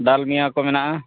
ᱰᱟᱞᱢᱤᱭᱟ ᱠᱚ ᱢᱮᱱᱟᱜᱼᱟ